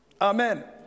Amen